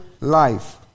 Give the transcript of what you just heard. life